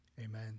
amen